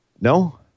No